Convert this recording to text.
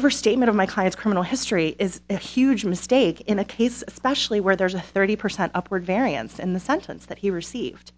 overstatement of my client's criminal history is a huge mistake in a case especially where there's a thirty percent upward variance in the sentence that he received